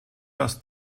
das